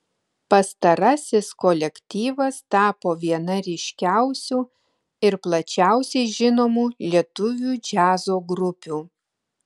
pastarasis kolektyvas tapo viena ryškiausių ir plačiausiai žinomų lietuvių džiazo grupių